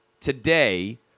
today